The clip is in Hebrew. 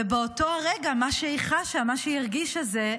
ובאותו הרגע מה שהיא חשה, מה שהיא הרגישה זה: